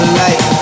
light